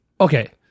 Okay